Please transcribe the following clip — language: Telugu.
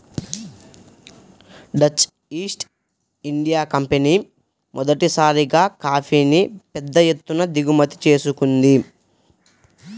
డచ్ ఈస్ట్ ఇండియా కంపెనీ మొదటిసారిగా కాఫీని పెద్ద ఎత్తున దిగుమతి చేసుకుంది